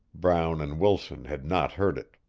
brown and wilson had not heard it.